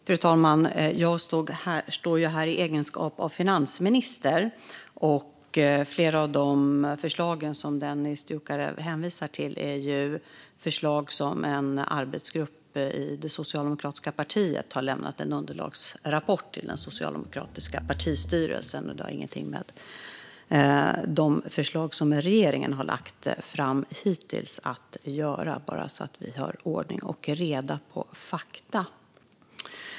Fru talman! Jag står ju här i egenskap av finansminister. Flera av de förslag som Dennis Dioukarev hänvisar till är ju förslag som en arbetsgrupp i det socialdemokratiska partiet har lämnat i en underlagsrapport till den socialdemokratiska partistyrelsen och har ingenting att göra med de förslag som regeringen har lagt fram hittills - bara så att vi har ordning och reda på fakta.